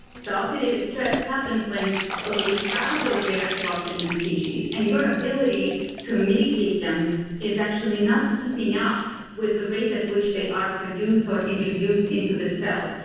so oxidative stress happens when you have those reactive oxygen species and your ability to mitigate them is actually not keeping up with the rate at which they are produced or introduced into the cell.